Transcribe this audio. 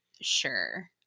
Sure